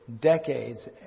decades